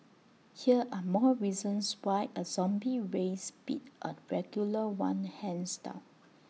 here are more reasons why A zombie race beat A regular one hands down